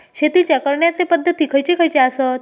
शेतीच्या करण्याचे पध्दती खैचे खैचे आसत?